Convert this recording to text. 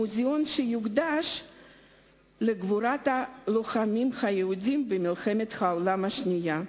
מוזיאון שיוקדש לגבורת הלוחמים היהודים במלחמת העולם השנייה.